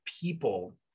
people